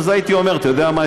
אז הייתי אומר: אתה יודע מה,